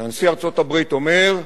ונשיא ארצות-הברית אומר: